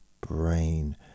brain